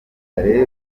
kanjye